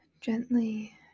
Gently